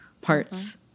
parts